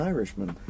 Irishman